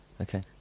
Okay